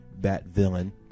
Bat-villain